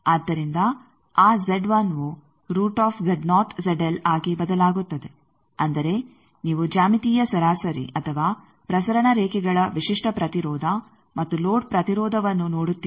ಆದ್ದರಿಂದ ಆ ವು ಆಗಿ ಬದಲಾಗುತ್ತದೆ ಅಂದರೆ ನೀವು ಜ್ಯಾಮಿತೀಯ ಸರಾಸರಿ ಅಥವಾ ಪ್ರಸರಣ ರೇಖೆಗಳ ವಿಶಿಷ್ಟ ಪ್ರತಿರೋಧ ಮತ್ತು ಲೋಡ್ ಪ್ರತಿರೋಧವನ್ನು ನೋಡುತ್ತೀರಿ